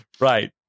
Right